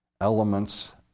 elements